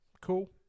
Cool